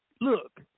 look